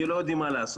כי לא יודעים מה לעשות,